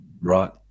Right